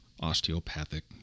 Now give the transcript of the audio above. osteopathic